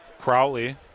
Crowley